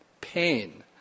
pain